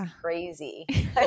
crazy